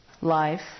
life